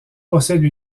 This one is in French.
possède